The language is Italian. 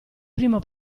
primo